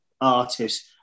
artist